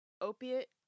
opiate